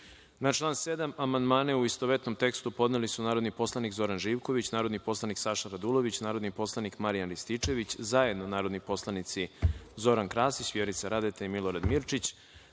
član 7. amandmane u istovetnom tekstu, podneli su narodni poslanik Zoran Živković, narodni poslanik Saša Radulović, narodni poslanik Marijan Rističević, zajedno narodni poslanici Zoran Krasić, Vjerica Radeta i Milorad Mirčić,